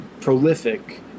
prolific